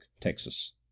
Texas